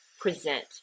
present